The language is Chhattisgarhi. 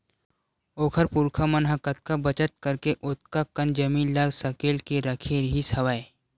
ओखर पुरखा मन ह कतका बचत करके ओतका कन जमीन ल सकेल के रखे रिहिस हवय